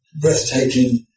breathtaking